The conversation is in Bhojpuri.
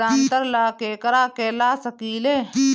ग्रांतर ला केकरा के ला सकी ले?